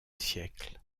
siècle